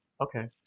Okay